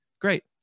great